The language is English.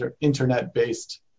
internet-based